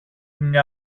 μια